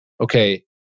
okay